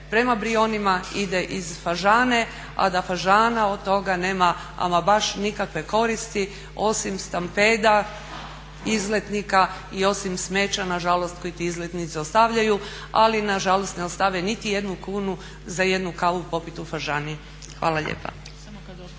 prema Brijonima ide iz Fažane, a da Fažana od toga nema ama baš nikakve koristi osim stampeda izletnika i osim smeća na žalost koji ti izletnici ostavljaju. Ali na žalost ne ostave niti jednu kunu za jednu kavu popit u Fažani. Hvala lijepa.